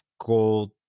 gold